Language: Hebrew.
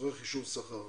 לצורך אישור שכר.